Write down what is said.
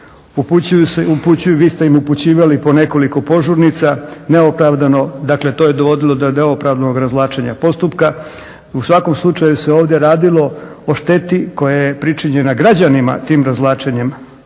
Upućuju, vi ste im upućivali po nekoliko požurnica. Neopravdano, dakle to je dovodilo do neopravdanog razvlačenja postupka. U svakom slučaju se ovdje radilo o šteti koja je pričinjena građanima tim razvlačenjem